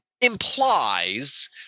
implies –